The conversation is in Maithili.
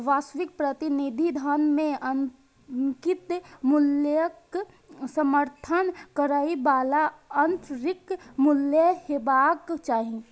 वास्तविक प्रतिनिधि धन मे अंकित मूल्यक समर्थन करै बला आंतरिक मूल्य हेबाक चाही